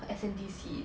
her S_N_D_C